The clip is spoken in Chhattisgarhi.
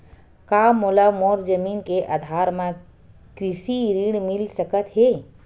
का मोला मोर जमीन के आधार म कृषि ऋण मिल सकत हे?